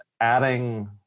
adding